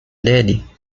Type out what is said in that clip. dele